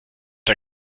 der